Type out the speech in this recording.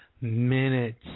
minutes